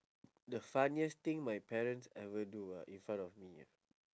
the funniest thing my parents ever do ah in front of me ah